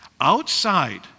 Outside